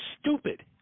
stupid